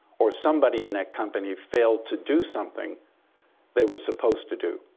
or somebody in that company failed to do something they were supposed to do.